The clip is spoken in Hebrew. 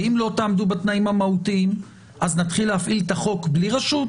ואם לא תעמדו בתנאים המהותיים אז נתחיל להפעיל את החוק בלי רשות